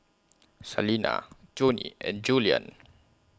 Salena Joni and Julien